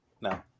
No